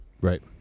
Right